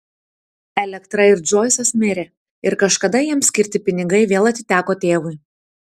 elektra ir džoisas mirė ir kažkada jiems skirti pinigai vėl atiteko tėvui